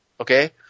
Okay